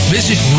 Visit